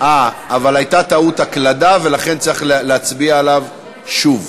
אבל הייתה טעות הקלדה ולכן צריך להצביע עליו שוב.